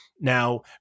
Now